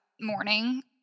morning